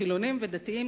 חילונים ודתיים,